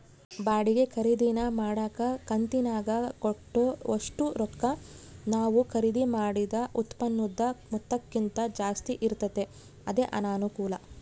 ಬಾಡಿಗೆ ಖರೀದಿನ ಮಾಡಕ ಕಂತಿನಾಗ ಕಟ್ಟೋ ಒಷ್ಟು ರೊಕ್ಕ ನಾವು ಖರೀದಿ ಮಾಡಿದ ಉತ್ಪನ್ನುದ ಮೊತ್ತಕ್ಕಿಂತ ಜಾಸ್ತಿ ಇರ್ತತೆ ಅದೇ ಅನಾನುಕೂಲ